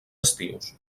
estius